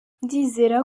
ndizera